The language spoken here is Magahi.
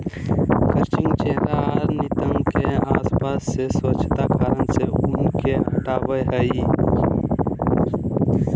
क्रचिंग चेहरा आर नितंब के आसपास से स्वच्छता कारण से ऊन के हटावय हइ